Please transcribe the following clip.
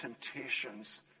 temptations